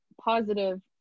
positive